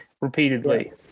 repeatedly